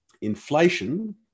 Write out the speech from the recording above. inflation